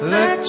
Let